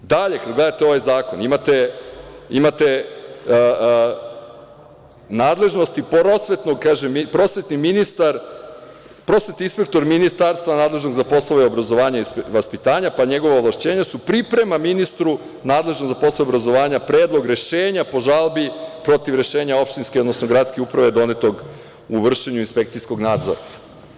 Kad dalje gledate ovaj zakon, imate nadležnosti, gde se kaže da prosvetni inspektor ministarstva nadležnog za poslove obrazovanja i vaspitanja, pa njegova ovlašćenja su – priprema ministru nadležnom za poslove obrazovanja predlog rešenja po žalbi protiv rešenja opštinske odnosno gradske uprave donetog u vršenju inspekcijskog nadzora.